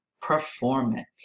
performance